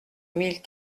mille